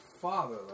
father